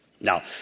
Now